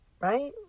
right